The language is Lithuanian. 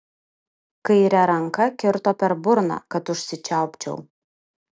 kaire ranka kirto per burną kad užsičiaupčiau